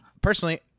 personally